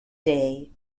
day